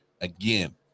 Again